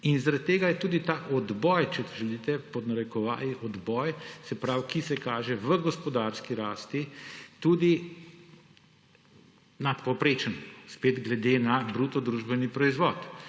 In zaradi tega je tudi ta odboj, če želite, pod narekovaji, odboj, ki se kaže v gospodarski rasti, tudi nadpovprečen, spet glede na bruto družbeni proizvod.